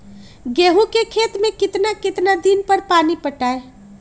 गेंहू के खेत मे कितना कितना दिन पर पानी पटाये?